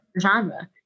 genre